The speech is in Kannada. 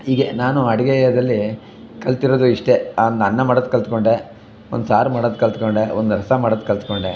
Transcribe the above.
ಹೀಗೆ ನಾನು ಅಡುಗೆಯಲ್ಲಿ ಕಲ್ತಿರೋದು ಇಷ್ಟೇ ಆ ಒಂದು ಅನ್ನ ಮಾಡೋದು ಕಲ್ತ್ಕೊಂಡೆ ಒಂದು ಸಾರು ಮಾಡೋದು ಕಲ್ತ್ಕೊಂಡೆ ಒಂದು ರಸ ಮಾಡೋದು ಕಲ್ತ್ಕೊಂಡೆ